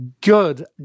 good